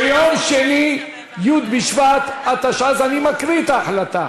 ביום שני י' בשבט התשע"ז, אני מקריא את ההחלטה